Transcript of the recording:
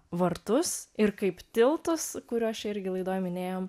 vartus ir kaip tiltas kuriuos čia irgi laidoj minėjom